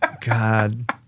God